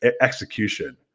execution